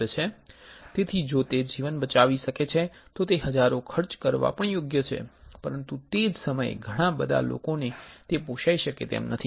તેથી જો તે જીવન બચાવી શકે છે તો તે હજારો ખર્ચ કરવા યોગ્ય છે પરંતુ તે જ સમયે ઘણા બધા લોકોને તે પોસાય શકે તેમ નથી